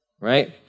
right